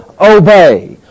obey